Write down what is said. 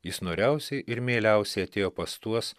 jis noriausiai ir mieliausiai atėjo pas tuos